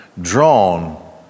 drawn